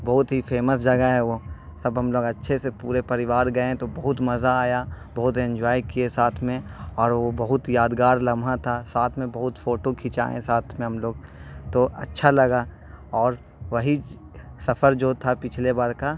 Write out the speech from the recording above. بہت ہی فیمس جگہ ہے وہ سب ہم لوگ اچھے سے پورے پریوار گئے تو بہت مزہ آیا بہت انجوائے کیے ساتھ میں اور وہ بہت یادگار لمحہ تھا ساتھ میں بہت فوٹو کھنچائے ساتھ میں ہم لوگ تو اچھا لگا اور وہی سفر جو تھا پچھلے بار کا